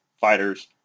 fighters